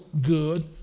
good